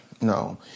no